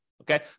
Okay